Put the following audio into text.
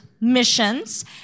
missions